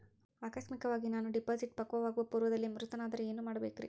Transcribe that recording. ಆಕಸ್ಮಿಕವಾಗಿ ನಾನು ಡಿಪಾಸಿಟ್ ಪಕ್ವವಾಗುವ ಪೂರ್ವದಲ್ಲಿಯೇ ಮೃತನಾದರೆ ಏನು ಮಾಡಬೇಕ್ರಿ?